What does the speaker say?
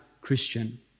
Christian